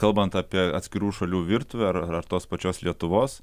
kalbant apie atskirų šalių virtuvę ar ar tos pačios lietuvos